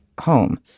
home